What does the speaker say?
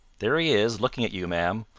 there is, looking at you, ma'am.